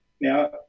Now